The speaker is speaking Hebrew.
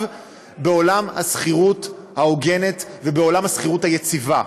בעולם השכירות ההוגנת ובעולם השכירות היציבה.